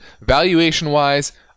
Valuation-wise